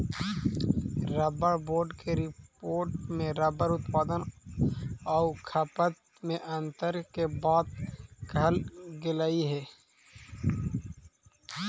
rubber board के report में rubber उत्पादन आउ खपत में अन्तर के बात कहल गेलइ हे